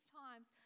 times